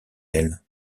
elle